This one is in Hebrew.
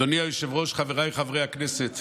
אדוני היושב-ראש, חבריי חברי הכנסת,